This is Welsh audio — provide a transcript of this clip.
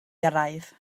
gyrraedd